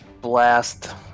blast